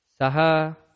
Saha